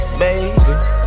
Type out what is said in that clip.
baby